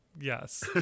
Yes